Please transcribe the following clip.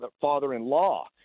father-in-law